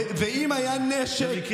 ואם היה נשק, מה זה קשור?